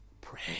pray